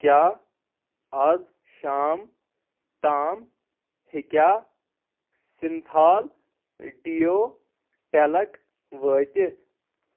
کیٛاہ اَز شام تام ہٮ۪کیٛاہ سِنتھال ڈِیو ٹیلک وٲتِتھ